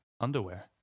underwear